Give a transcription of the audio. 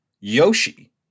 Yoshi